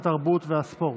התרבות והספורט.